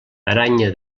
aranya